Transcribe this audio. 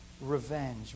revenge